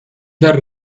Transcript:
the